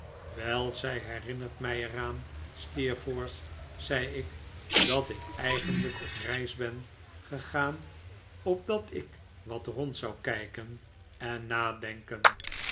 zij herinnert mij er aari steerforth zei ik dat ik eigenlijk op reis ben gegaan opdat ik wat rond zou kijken en nadenken